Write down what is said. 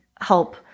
help